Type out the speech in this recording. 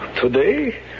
Today